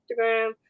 Instagram